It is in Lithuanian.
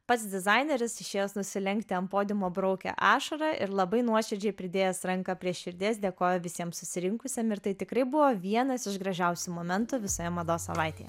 pats dizaineris išėjęs nusilenkti ant podiumo braukė ašarą ir labai nuoširdžiai pridėjęs ranką prie širdies dėkojo visiems susirinkusiems ir tai tikrai buvo vienas iš gražiausių momentų visoje mados savaitėje